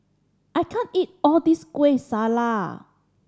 I can't eat all this Kueh Salat